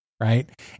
Right